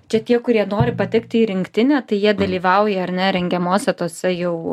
čia tie kurie nori patekti į rinktinę tai jie dalyvauja ar ne rengiamose tose jau